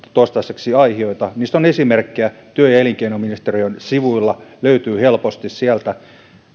ovat toistaiseksi aihioita on esimerkkejä työ ja elinkeinoministeriön sivuilla löytyvät helposti sieltä